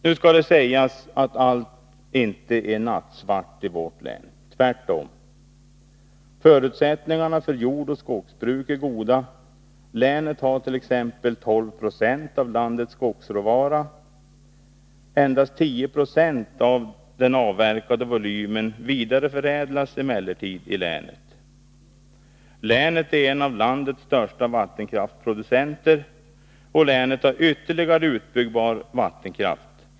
Nu skall det sägas att allt inte är nattsvart i vårt län — tvärtom. Förutsättningarna för jordoch skogsbruk är goda. Länet hart.ex. 12 90 av landets skogsråvara. Endast 10 90 av den avverkade volymen vidareförädlas emellertid i länet. Länet är en av landets största vattenkraftsproducenter. Länet har ytterligare utbyggbar vattenkraft.